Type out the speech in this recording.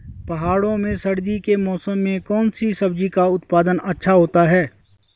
पहाड़ों में सर्दी के मौसम में कौन सी सब्जी का उत्पादन अच्छा होता है?